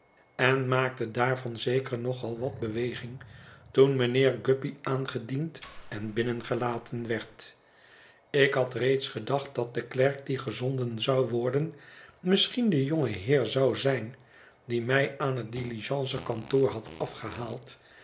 en maakte daarvan zeker nog al wat beweging toen mijnheer guppy aangediend en binnengelaten werd ik had reeds gedacht dat de klerk die gezonden zou worden misschien de jonge heer zou zijn die mij aan het diligencekantoor had afgehaald